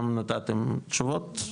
גם נתתם תשובות,